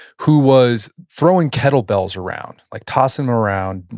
who was throwing kettlebells around. like, tossing them around,